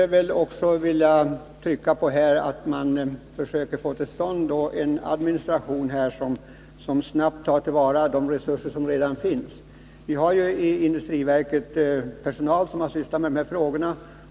Jag skulle också vilja trycka på att det är viktigt att man försöker få till stånd en administration som snabbt tar till vara de resurser som redan finns. I industriverket har vi ju personal som sysslat med de här frågorna.